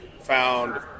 found